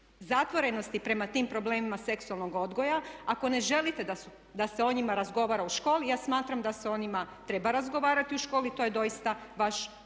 zatvorenosti prema tim problemima seksualnog odgoja, ako ne želite da se o njima razgovara u školi, ja smatram da se o njima treba razgovarati u školi i to je doista vaš